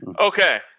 okay